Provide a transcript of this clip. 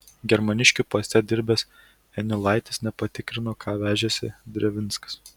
germaniškių poste dirbęs eniulaitis nepatikrino ką vežėsi drevinskas